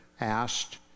asked